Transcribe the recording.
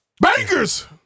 Bankers